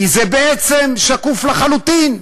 כי זה בעצם שקוף לחלוטין.